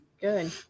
Good